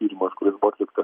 tyrimas kuris buvo atliktas